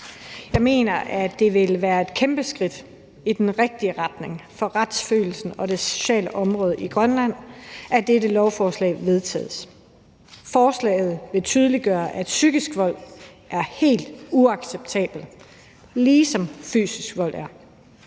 Jeg mener, at det vil være et kæmpeskridt i den rigtige retning for retsfølelsen og det sociale område i Grønland, at dette lovforslag vedtages. Forslaget vil tydeliggøre, at psykisk vold er helt uacceptabelt, ligesom fysisk vold er